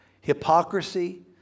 Hypocrisy